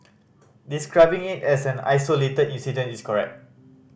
describing it as an isolated incident is correct